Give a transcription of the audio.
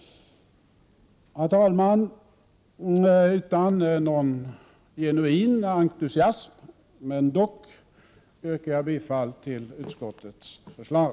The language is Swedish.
Herr talman! Utan någon genuin entusiasm yrkar jag bifall till utskottets förslag.